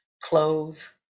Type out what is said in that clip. clove